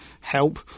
help